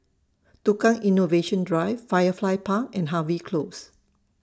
Tukang Innovation Drive Firefly Park and Harvey Close